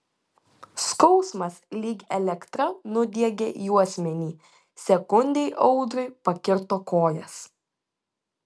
skausmas lyg elektra nudiegė juosmenį sekundei audriui pakirto kojas